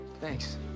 Thanks